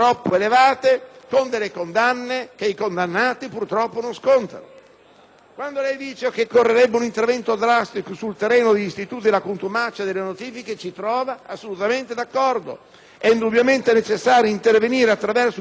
D'Alia, che «occorrerebbe un intervento drastico sul terreno degli istituti della contumacia e delle notifiche», ci trova assolutamente d'accordo. È indubbiamente necessario intervenire attraverso un bilanciamento dei diritti fondamentali delle parti processuali.